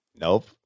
Nope